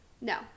No